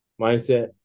mindset